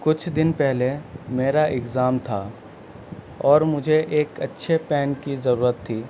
کچھ دن پہلے میرا اگزام تھا اور مجھے ایک اچّھے پین کی ضرورت تھی